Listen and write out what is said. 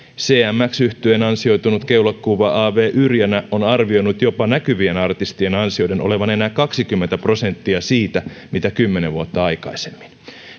cmx yhtyeen ansioitunut keulakuva a w yrjänä on arvioinut jopa näkyvien artistien ansioiden olevan enää kaksikymmentä prosenttia siitä mitä kymmenen vuotta aikaisemmin